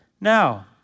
Now